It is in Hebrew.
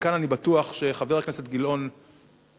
וכאן אני בטוח שחבר הכנסת גילאון יסכים